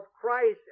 Christ